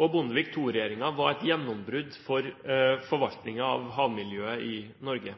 og Bondevik II-regjeringen var et gjennombrudd for forvaltningen av havmiljøet i Norge.